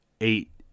eight